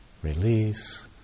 Release